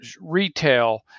retail